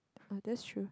oh that's true